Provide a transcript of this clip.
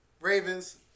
Ravens